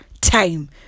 time